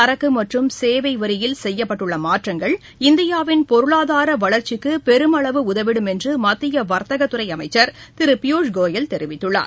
சரக்கு மற்றும் சேவை வரியில் செய்யப்பட்டுள்ள மாற்றங்கள் இந்தியாவின் பொருளாதார வளர்ச்சிக்கு பெருமளவு உதவிடும் என்று மத்திய வர்த்தகத் துறை அமைச்சர் திரு பியூஷ் கோயல் தெரிவித்துள்ளார்